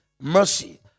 mercy